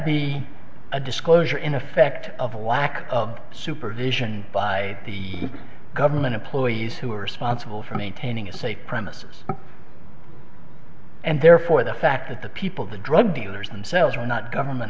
be a disclosure in effect of a lack of supervision by the government employees who are responsible for maintaining a safe premises and therefore the fact that the people the drug dealers and sells are not government